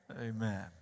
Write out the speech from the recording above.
Amen